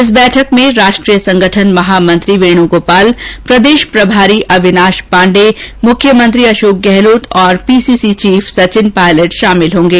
इस बैठक में राष्ट्रीय संगठन महामंत्री वेणुगोपाल प्रदेश प्रभारी अविनाश पांडे मुख्यमंत्री अशोक गहलोत और पीसीसी चीफ सचिन पायलट शामिल होंगे